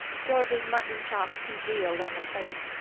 george's mutton chop congealed on the plate,